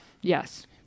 Yes